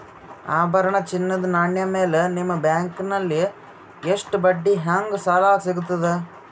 ಆಭರಣ, ಚಿನ್ನದ ನಾಣ್ಯ ಮೇಲ್ ನಿಮ್ಮ ಬ್ಯಾಂಕಲ್ಲಿ ಎಷ್ಟ ಬಡ್ಡಿ ಹಂಗ ಸಾಲ ಸಿಗತದ?